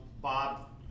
Bob